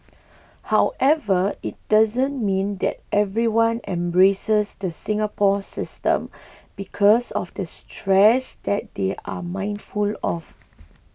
however it doesn't mean that everybody embraces the Singapore system because of the stress that they are mindful of